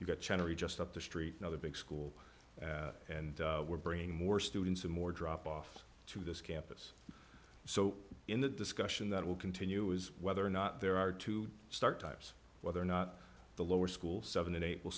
you just up the street another big school and we're bringing more students and more drop off to this campus so in the discussion that will continue is whether or not there are two start types whether or not the lower school seven eight will